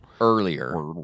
earlier